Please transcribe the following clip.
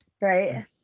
right